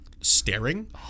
staring